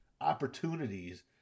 opportunities